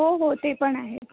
हो हो ते पण आहेत